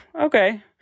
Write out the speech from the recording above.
okay